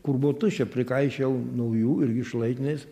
kur buvo tuščia prikaišiojau naujų irgi šlaitiniais